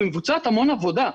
ומבוצעת המון עבודה,